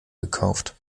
gekauft